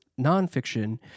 nonfiction